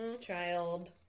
Child